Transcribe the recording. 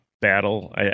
Battle